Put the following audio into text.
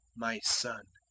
my son,